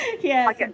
Yes